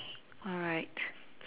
alright